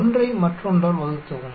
ஒன்றை மற்றொன்றால் வகுக்கவும்